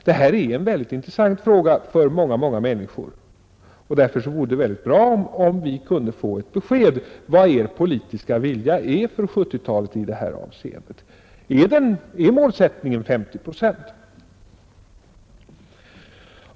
Detta är en högst intressant fråga för många, många människor, och därför vore det väldigt bra om vi kunde få ett besked om vad er politiska vilja är för 1970-talet i det här avseendet. Är målsättningen 50 procent?